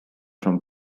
from